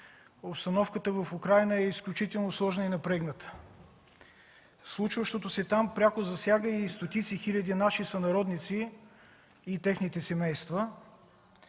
обстановката в Украйна е изключително сложна и напрегната. Случващото се там пряко засяга и стотици хиляди наши сънародници и техните семейства.